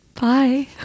Bye